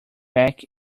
back